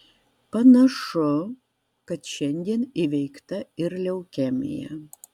panašu kad šiandien įveikta ir leukemija